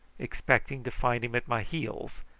expecting to find him at my heels,